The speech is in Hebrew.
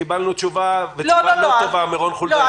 קיבלנו תשובה לא טובה מרון חולדאי.